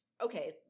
okay